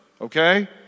okay